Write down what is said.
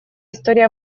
истории